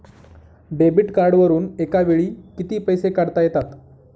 Debit कार्डवरुन एका वेळी किती पैसे काढता येतात?